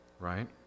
right